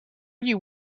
you